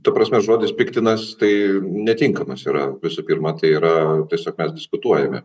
ta prasme žodis piktinas tai netinkamas yra visų pirma tai yra tiesiog mes diskutuojame